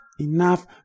enough